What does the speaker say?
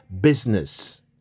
business